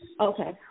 Okay